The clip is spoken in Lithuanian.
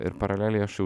ir paraleliai aš jau